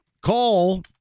Call